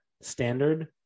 standard